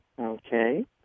Okay